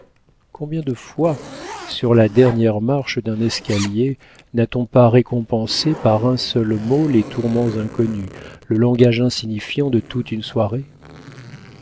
combien de fois sur la dernière marche d'un escalier n'a-t-on pas récompensé par un seul mot les tourments inconnus le langage insignifiant de toute une soirée